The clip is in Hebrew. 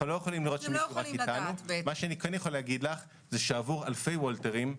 אני יכול להגיד לך שעבור אלפי וולטרים,